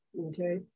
Okay